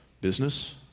business